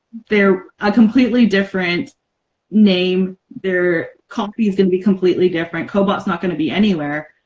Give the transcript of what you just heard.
they're a completely different name, their copy is gonna be completely different kobot's not gonna be anywhere.